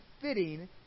fitting